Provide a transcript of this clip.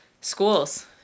schools